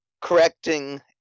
correcting